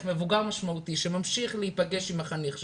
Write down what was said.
מבוגר משמעותי שממשיך להפגש עם החניך שלו,